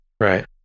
Right